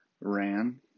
ran